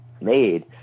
made